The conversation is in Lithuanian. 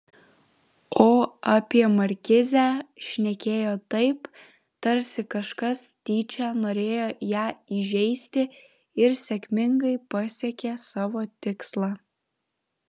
o apie markizę šnekėjo taip tarsi kažkas tyčia norėjo ją įžeisti ir sėkmingai pasiekė savo tikslą